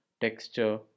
texture